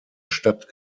stadt